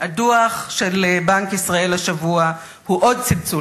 הדוח של בנק ישראל השבוע הוא עוד צלצול